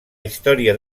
història